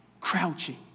crouching